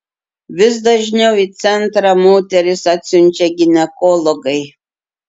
vis dažniau į centrą moteris atsiunčia ginekologai